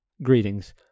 greetings